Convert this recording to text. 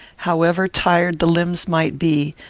however tired the limbs might be,